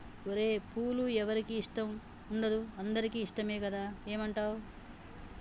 ఓరై పూలు ఎవరికి ఇష్టం ఉండదు అందరికీ ఇష్టమే కదా ఏమంటావ్